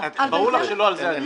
ברור שלא על זה הדיון.